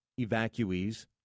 evacuees